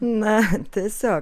na tiesiog